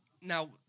Now